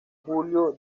julio